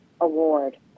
award